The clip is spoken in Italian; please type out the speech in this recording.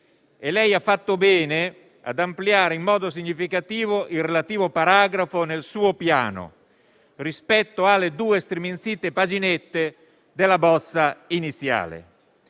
e lei ha fatto bene ad ampliare in modo significativo il relativo paragrafo nel suo Piano, rispetto alle due striminzite paginette della bozza iniziale.